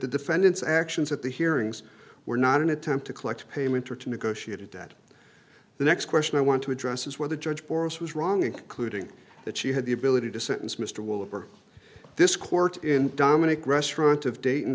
the defendant's actions at the hearings were not an attempt to collect payment or to negotiate a debt the next question i want to address is whether judge boras was wrong including that she had the ability to sentence mr will over this court in dominick restaurant of dayton